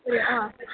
आ